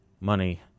money